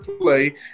play